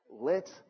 let